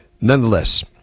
nonetheless